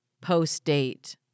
post-date